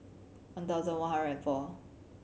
one thousand one hundred and four